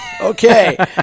Okay